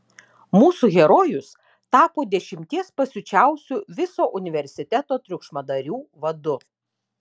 mūsų herojus tapo dešimties pasiučiausių viso universiteto triukšmadarių vadu